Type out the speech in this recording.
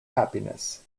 happiness